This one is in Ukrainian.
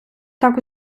так